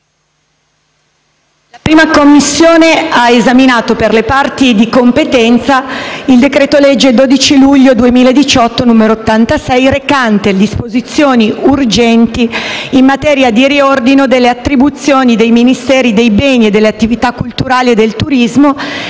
la 1a Commissione ha esaminato per le parti di competenza il decreto-legge 12 luglio 2018, n. 86, recante disposizioni urgenti in materia di riordino delle attribuzioni dei Ministeri dei beni e delle attività culturali e del turismo,